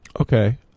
okay